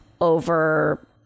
over